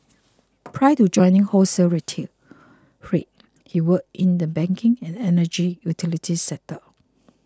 prior to joining wholesale trade he worked in the banking and energy utilities sectors